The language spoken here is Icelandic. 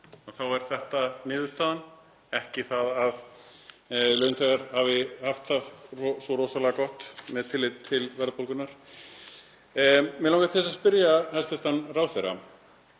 þá er þetta niðurstaðan, ekki það að launþegar hafi haft það svo rosalega gott með tilliti til verðbólgunnar. Mig langar til að spyrja hæstv. ráðherra